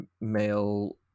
male